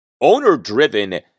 owner-driven